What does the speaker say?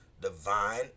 divine